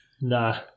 Nah